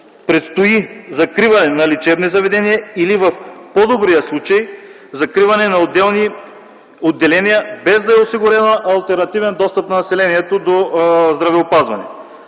Предстои закриване на лечебни заведения или в по-добрия случай закриване на отделни отделения без да е осигурен алтернативен достъп на населението до здравеопазване.